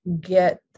get